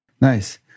nice